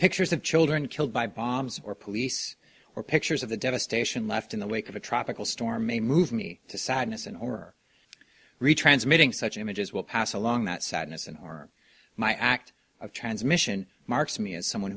pictures of children killed by bombs or police or pictures of the devastation left in the wake of a tropical storm a move me to sadness and horror retransmitting such images will pass along that sadness and or my act of transmission marks me as someone